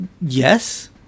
Yes